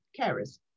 carers